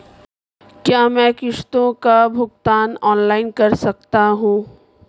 क्या मैं किश्तों का भुगतान ऑनलाइन कर सकता हूँ?